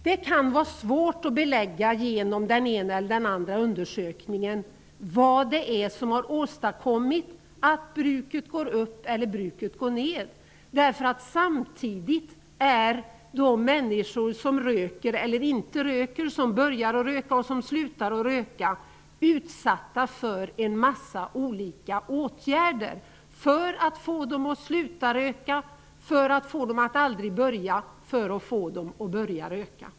Det kan vara svårt att belägga genom den ena eller den andra undersökningen vad det är som har åstadkommit att bruket går upp eller bruket går ner, därför att samtidigt är de människor som röker eller inte röker, de som börjar röka och de som slutar röka, utsatta för en massa olika åtgärder -- för att få dem att sluta röka, för att få dem att aldrig börja, för att få dem att börja röka.